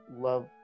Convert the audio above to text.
love